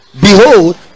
behold